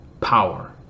power